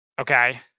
Okay